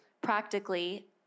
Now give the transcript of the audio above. Practically